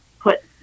put